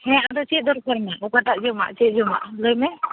ᱦᱮᱸ ᱟᱫᱚ ᱪᱮᱫ ᱫᱚᱨᱠᱟᱨᱟᱢᱟ ᱚᱠᱟᱴᱟᱜ ᱡᱚᱢᱟᱜ ᱪᱮᱫ ᱡᱚᱢᱟᱜ ᱞᱟᱹᱭ ᱢᱮ